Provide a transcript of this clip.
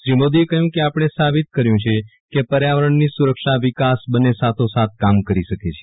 શ્રી મોદીએ કહ્યુ કે આપણે સાબિત કર્યુ છે કે પર્યાવરણની સુરક્ષા વિકાસ બન્ને સાથો સાથ કામ કરી શકે છે